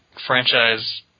franchise